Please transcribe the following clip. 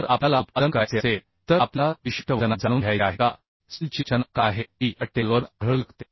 जर आपल्याला उत्पादन करायचे असेल तर आपल्याला विशिष्ट वजनात जाणून घ्यायचे आहे का स्टीलची रचना काय आहे जी या टेबलवरून आढळू शकते